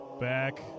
back